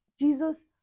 Jesus